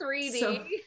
3d